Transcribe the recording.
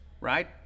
right